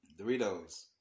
Doritos